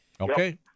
Okay